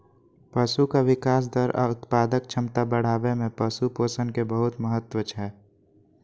पशुक विकास दर आ उत्पादक क्षमता बढ़ाबै मे पशु पोषण के बहुत महत्व छै